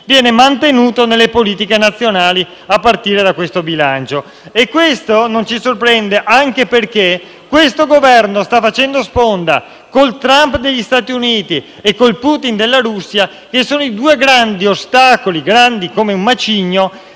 viene mantenuto nelle politiche nazionali, a partire da questo bilancio. Ciò non ci sorprende, anche perché questo Governo sta facendo sponda con il Trump degli Stati Uniti e con il Putin della Russia, che sono i due grandi ostacoli, grandi come un macigno,